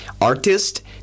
artist